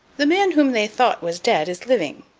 the man whom they thought was dead is living.